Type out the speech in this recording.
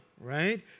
right